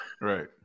Right